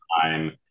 time